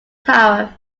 power